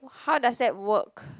(wah) how does that work